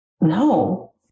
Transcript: no